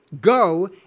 Go